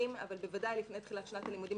ובוודאי לפני תחילת שנת הלימודים,